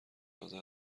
تازه